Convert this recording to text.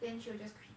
then she will just quit